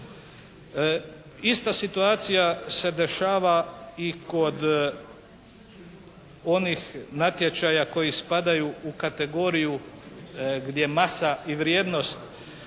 Ista situacija se dešava i kod onih natječaja koji spadaju u kategoriju gdje masa i vrijednost